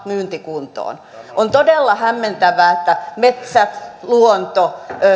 myyntikuntoon on todella hämmentävää että metsät luonto